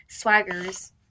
swaggers